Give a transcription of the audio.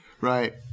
Right